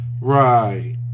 Right